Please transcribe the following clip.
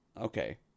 okay